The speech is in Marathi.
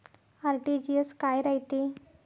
आर.टी.जी.एस काय रायते?